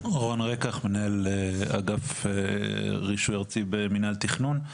רון רקח מנהל אגף במינהל תכנון,